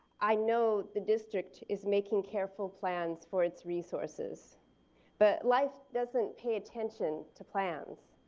i know the district is making careful plans for its resources but life doesn't pay attention to plans.